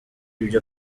ibyo